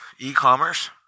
e-commerce